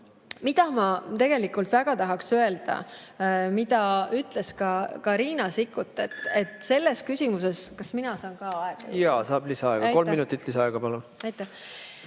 Mida ma tegelikult väga tahaks öelda, mida ütles ka Riina Sikkut, et selles küsimuses ... Kas mina saan ka aega juurde? Jaa, saab lisaaega. Kolm minutit lisaaega, palun!